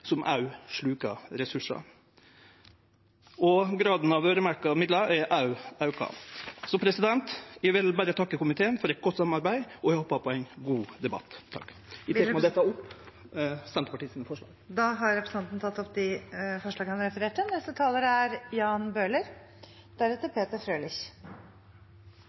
som òg sluker ressursar. Graden av øyremerkte midlar er òg auka. Eg vil takke komiteen for eit godt samarbeid, og eg håpar på ein god debatt. Eg tek med dette opp forslaga som Senterpartiet er medforslagsstillar til. Representanten Geir Inge Lien har tatt opp de forslagene han